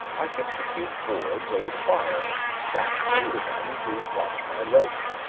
i fixed a few boards over the fire, and sat under them to watch my loaf,